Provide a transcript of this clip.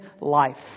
life